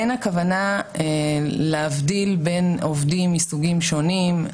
אין הכוונה להבדיל בין עובדים מסוגים שונים,